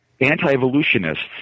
anti-evolutionists